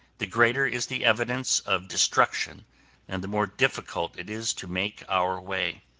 the greater is the evidence of destruction and the more difficult it is to make our way.